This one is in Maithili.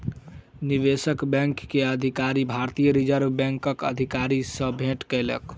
निवेशक बैंक के अधिकारी, भारतीय रिज़र्व बैंकक अधिकारी सॅ भेट केलक